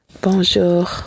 bonjour